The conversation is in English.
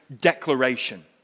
declaration